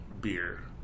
beer